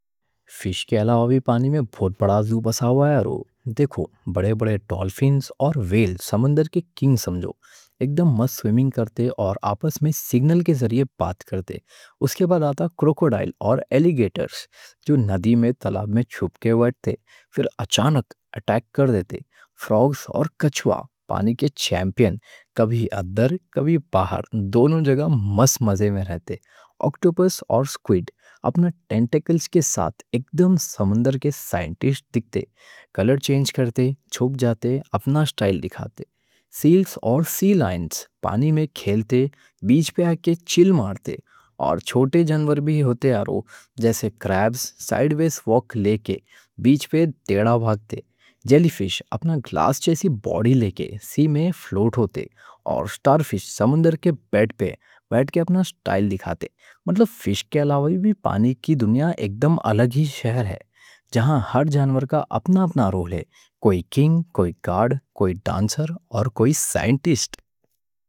فش کے علاوہ بھی پانی میں بہت بڑا زُو بسا ہوا ہے۔ دیکھو بڑے بڑے ڈالفینز اور ویل سمندر کے کنگ سمجھو، اگدھم مزے سوئمنگ کرتے اور آپس میں سگنل کے ذریعے بات کرتے۔ اس کے بعد آتے کروکوڈائل اور الیگیٹرز جو ندی میں تالاب میں چھپ کے ویٹھتے، پھر اچانک اٹیک کر دیتے۔ فراگز اور کچھوا پانی کے چیمپیئن، کبھی ادھر کبھی باہر، دونوں جگہ مز مزے میں رہتے۔ اکٹوپس اور سکویڈ اپنا ٹینٹیکلز کے ساتھ اگدھم سمندر کے سائنٹِسٹ دکھتے، کلر چینج کرتے، چھپ جاتے، اپنا سٹائل دکھاتے۔ سیلز اور سی لائنز پانی میں کھیلتے، بیچ پہ آکے چِل مارتے۔ اور چھوٹے جانور بھی ہوتے آرو، جیسے کریبز سائیڈ ویز واک لے کے بیچ پہ ٹیڑا بھاگتے۔ جیلی فش اپنا گلاس جیسی باڈی لے کے سی میں فلوٹ ہوتے۔ اور اسٹار فش سمندر کے بیڈ پہ بیٹھ کے اپنا سٹائل دکھاتے۔ مطلب فش کے علاوہ بھی پانی کی دنیا اگدھم الگ ہی شہر ہے جہاں ہر جانور کا اپنا اپنا رول ہے، کوئی کنگ کوئی گارڈ کوئی ڈانسر اور کوئی سائنٹِسٹ۔